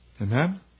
Amen